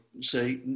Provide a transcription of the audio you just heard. say